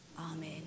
amen